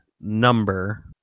number